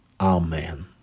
Amen